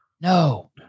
No